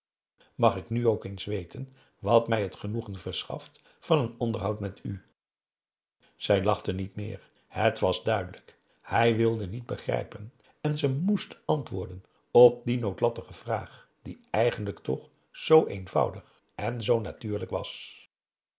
mag ik nu ook eens weten wat mij het genoegen verschaft van een onderhoud met u zij lachte niet meer het was duidelijk hij wilde niet begrijpen en ze moest antwoorden op die noodlottige vraag die eigenlijk toch zoo eenvoudig en zoo natuurlijk was